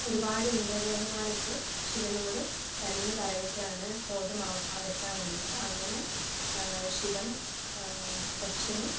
ഒരുപാട് ഇന്ദ്ര ദേവന്മാരൊക്കെ ശിവനോട് കനിഞ്ഞു പറയുകയാണ് ക്രോധം അകറ്റാൻ വേണ്ടീട്ട് അങ്ങനെ ശിവൻ ദക്ഷന്